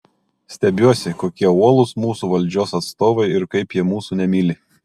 stebiuosi kokie uolūs mūsų valdžios atstovai ir kaip jie mūsų nemyli